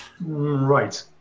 Right